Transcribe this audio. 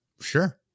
Sure